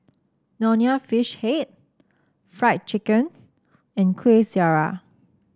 Nonya Fish Head Fried Chicken and Kueh Syara